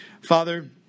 Father